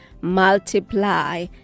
multiply